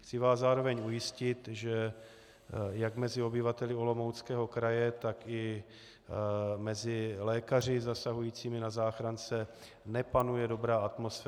Chci vás zároveň ujistit, že jak mezi obyvateli Olomouckého kraje, tak i mezi lékaři zasahujícími na záchrance nepanuje dobrá atmosféra.